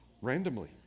randomly